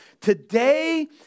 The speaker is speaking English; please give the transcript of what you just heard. Today